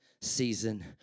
season